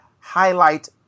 highlight